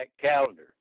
calendar